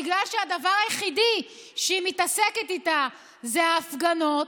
בגלל שהדבר היחיד שהיא מתעסקת בו זה ההפגנות,